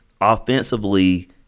offensively